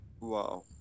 wow